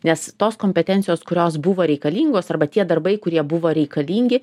nes tos kompetencijos kurios buvo reikalingos arba tie darbai kurie buvo reikalingi